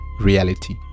reality